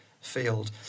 field